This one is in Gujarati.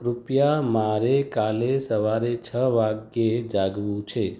કૃપયા મારે કાલે સવારે છ વાગ્યે જાગવું છે